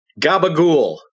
Gabagool